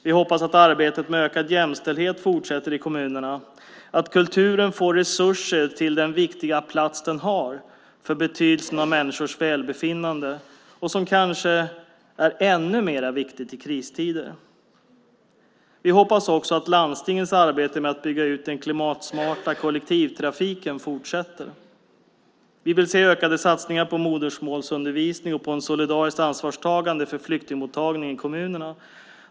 Vi hoppas att arbetet med ökad jämställdhet fortsätter i kommunerna och att kulturen får resurser till den viktiga plats den har för betydelsen av människors välbefinnande, vilket kanske är ännu mer viktigt i kristider. Vi hoppas också att landstingens arbete med att bygga ut den klimatsmarta kollektivtrafiken fortsätter. Vi vill se ökade satsningar på modersmålsundervisning och på ett solidariskt ansvarstagande för flyktingmottagning i kommunerna.